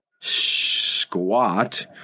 squat